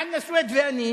חנא סוייד ואני,